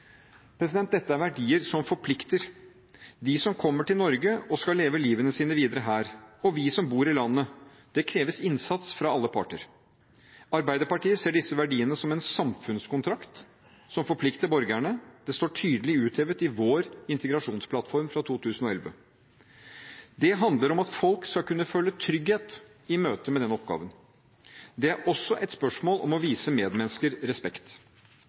Dette er verdier som forplikter dem som kommer til Norge og skal leve livet sitt videre her, og oss som bor i landet – det kreves innsats av alle parter. Arbeiderpartiet ser disse verdiene som en samfunnskontrakt som forplikter borgerne. Det står tydelig uthevet i vår integrasjonsplattform fra 2011. Det handler om at folk skal kunne føle trygghet i møte med denne oppgaven. Det er også et spørsmål om å vise medmennesker respekt.